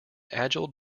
agile